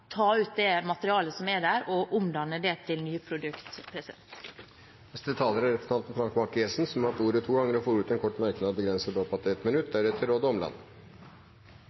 ta ut det materialet som er der og omdanne det til nye produkt. Representanten Frank Bakke-Jensen har hatt ordet to ganger tidligere og får ordet til en kort merknad, begrenset til 1 minutt.